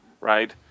right